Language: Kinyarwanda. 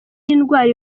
indwara